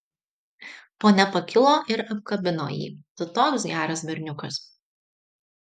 ponia pakilo ir apkabino jį tu toks geras berniukas